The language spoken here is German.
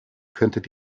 könntet